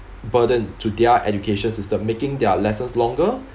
burden to their education system making their lessons longer